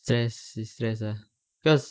stress is stress ah cause